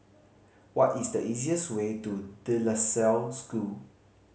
what is the easiest way to De La Salle School